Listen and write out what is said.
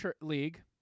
league